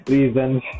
Reasons